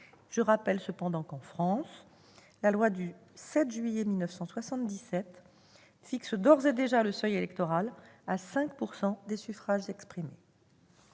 Je rappelle cependant qu'en France la loi du 7 juillet 1977 fixe d'ores et déjà le seuil électoral à 5 % des suffrages exprimés.